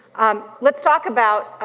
um let's talk about,